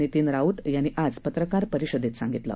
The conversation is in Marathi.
नितीन राऊत यांनी आज पत्रकार परिषदेत सांगितलं